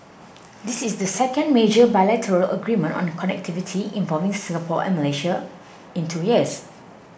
this is the second major bilateral agreement on connectivity involving Singapore and Malaysia in two years